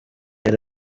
yari